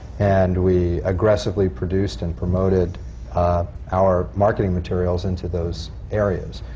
and we aggressively produced and promoted our marketing materials into those areas.